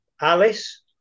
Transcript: alice